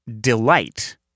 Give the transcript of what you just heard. delight